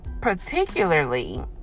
particularly